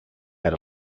had